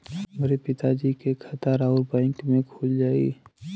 हमरे पिता जी के खाता राउर बैंक में खुल जाई?